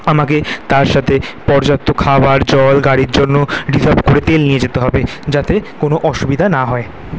আমাকে তার সাথে পর্যাপ্ত খাবার জল গাড়ির জন্য রিজার্ভ করে তেল নিয়ে যেতে হবে যাতে কোনো অসুবিধা না হয়